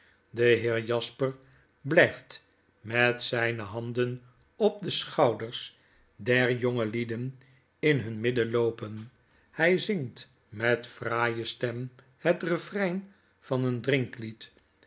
de heer jasper blyft met zyne handen op de schouders der jongelieden in hun midden loopen hy zingt met fraaie stem het refrein van een drinklied